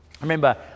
remember